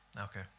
Okay